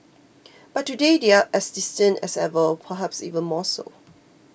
but today they are as distant as ever perhaps even more so